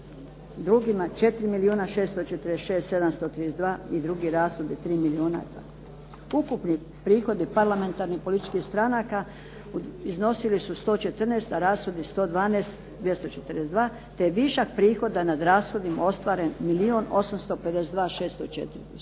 milijuna 646 732 i drugi rashodi 3 milijuna. Ukupni prihodi parlamentarnih političkih stranaka iznosili su 114 a rashodi 112 242 te je višak prihoda nad rashodima ostvaren milijun